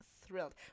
thrilled